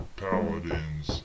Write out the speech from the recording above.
paladins